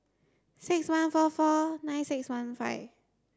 six one four four nine six one five